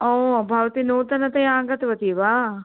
ओ भवती नूतनतया आगतवती वा